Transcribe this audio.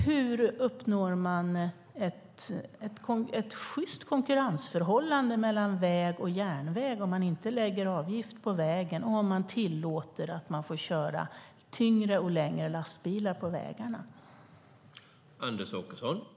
Hur uppnår man ett sjyst konkurrensförhållande mellan väg och järnväg om man inte lägger avgift på vägen och om man tillåter att man får köra tyngre och längre lastbilar på vägarna, Anders Åkesson?